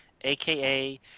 aka